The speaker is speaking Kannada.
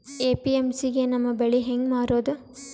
ಎ.ಪಿ.ಎಮ್.ಸಿ ಗೆ ನಮ್ಮ ಬೆಳಿ ಹೆಂಗ ಮಾರೊದ?